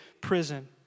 prison